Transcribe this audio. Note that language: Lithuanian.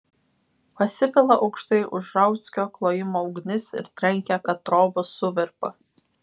pasipila aukštai už rauckio klojimo ugnis ir trenkia kad trobos suvirpa